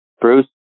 Bruce